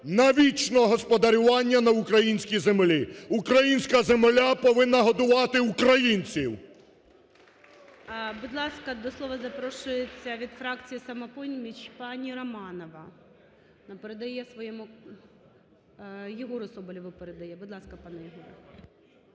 на вічне господарювання на українській землі. Українська земля повинна годувати українців! (Оплески) ГОЛОВУЮЧИЙ. Будь ласка, до слова запрошується від фракції "Самопоміч" пані Романова. Передає своєму… Єгору Соболєву передає. Будь ласка, пане Єгоре.